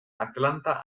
atlanta